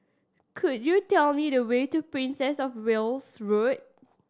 could you tell me the way to Princess Of Wales Road